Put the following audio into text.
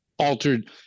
Altered